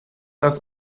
das